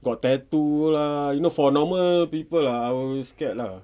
got tattoo lah you know for normal people ah I will scared lah